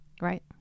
Right